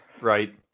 right